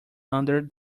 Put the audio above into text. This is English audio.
under